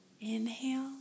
Inhale